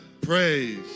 praise